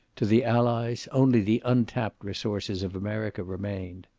to the allies only the untapped resources of america remained.